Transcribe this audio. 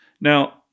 now